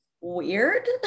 weird